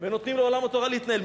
ונותנים לעולם התורה להתנהל,